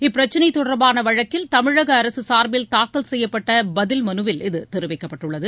இப்பிரச்னை தொடர்பான வழக்கில் தமிழக அரசு சார்பில் தாக்கல் செய்யப்பட்ட பதில் மனுவில் இது தெரிவிக்கப்பட்டுள்ளது